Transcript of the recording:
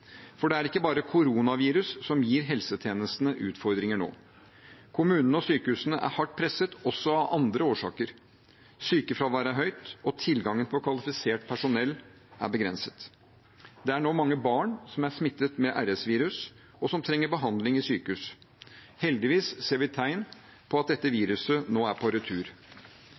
For det er ikke bare koronavirus som gir helsetjenestene utfordringer nå. Kommunene og sykehusene er hardt presset, også av andre årsaker. Sykefraværet er høyt, og tilgangen på kvalifisert personell er begrenset. Det er nå mange barn som er smittet med RS-virus og som trenger behandling i sykehus. Heldigvis ser vi tegn på at dette viruset nå er på retur.